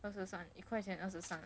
二十三一块钱二十三